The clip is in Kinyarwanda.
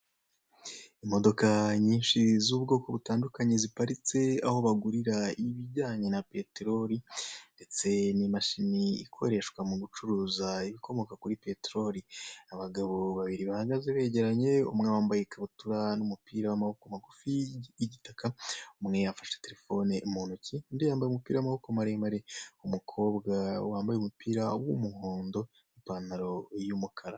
Imodoka nyinshi z'ubwoko butandukanye ziparitse aho bagurira ibijyanye na peteroli, ndetse n'imashini ikoreshwa mu gucuruza ibikomoka kuri peteroli, abagabo babiri bahagaze begeranye umwe wambaye ikabutura n'umupira w'amaboko magufi y'igitaka, umwe afashe telefone mu ntoki, indu yambaye umupira w'umuhondo ipantalo y'umukara.